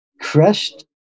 crashed